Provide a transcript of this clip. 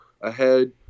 ahead